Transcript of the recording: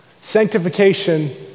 Sanctification